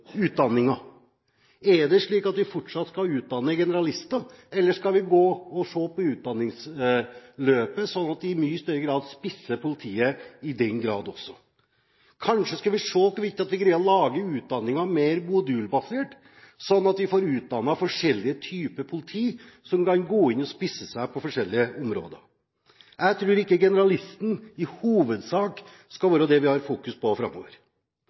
Er det slik at vi fortsatt skal utdanne generalister, eller skal vi se på utdanningsløpet, slik at de i mye større grad «spisser» politiet også? Kanskje skal vi se på om vi kan lage utdanningen mer modulbasert, slik at vi får utdannet forskjellige typer politi, som kan ha spisskompetanse på forskjellige områder? Jeg tror ikke generalisten i hovedsak skal være det vi skal fokusere på framover.